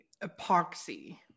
epoxy